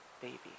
baby